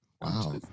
Wow